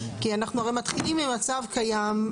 כי אנחנו מתחילים ממצב קיים,